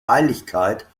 heiligkeit